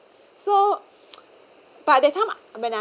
so but the time when I